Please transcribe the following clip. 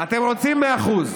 אתם רוצים 100%?